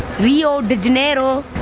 rio de janero.